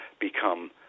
become